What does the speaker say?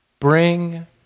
Bring